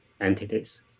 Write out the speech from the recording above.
entities